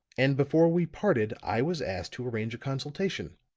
and before we parted i was asked to arrange a consultation.